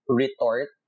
retort